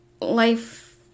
life